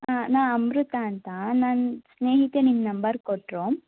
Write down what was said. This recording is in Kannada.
ನಾ ಅಮೃತ ಅಂತ ನನ್ನ ಸ್ನೇಹಿತೆ ನಿಮ್ಮ ನಂಬರ್ ಕೊಟ್ಟರು